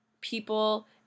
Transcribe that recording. people